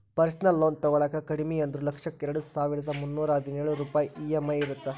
personal loan ತೊಗೊಳಾಕ ಕಡಿಮಿ ಅಂದ್ರು ಲಕ್ಷಕ್ಕ ಎರಡಸಾವಿರ್ದಾ ಮುನ್ನೂರಾ ಹದಿನೊಳ ರೂಪಾಯ್ ಇ.ಎಂ.ಐ ಇರತ್ತ